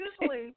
usually